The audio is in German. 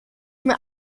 mir